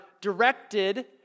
directed